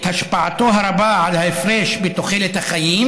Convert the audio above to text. את השפעתו הרבה על ההפרש בתוחלת החיים